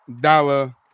Dollar